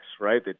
right